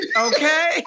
Okay